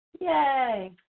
Yay